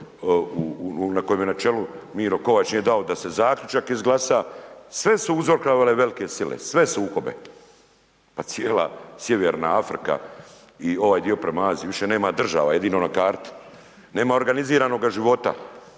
na kojem je na čelu Miro Kovač nije dao da se zaključak izglasa, sve su uzrokovale velke sile, sve sukobe, pa cijela Sjeverna Afrika i ovaj dio prema Aziji više nema država jedino na karti. Nema organiziranoga života,